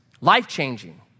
Life-changing